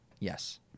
yes